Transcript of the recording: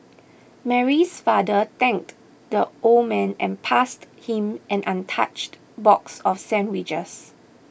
Mary's father thanked the old man and passed him an untouched box of sandwiches